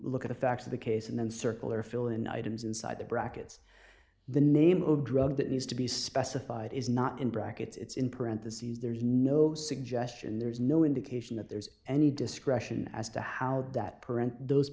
look at the facts of the case and then circle or fill in items inside the brackets the name of a drug that needs to be specified is not in brackets it's in parentheses there's no suggestion there's no indication that there's any discretion as to how that print those